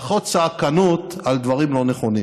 פחות צעקנות על דברים לא נכונים.